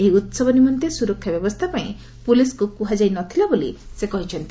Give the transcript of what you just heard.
ଏହି ଉହବ ନିମନ୍ତେ ସୁରକ୍ଷା ବ୍ୟବସ୍ଥା ପାଇଁ ପୁଲିସ୍କୁ କୁହାଯାଇ ନଥିଲା ବୋଲି ସେ କହିଛନ୍ତି